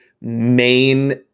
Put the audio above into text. main